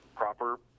proper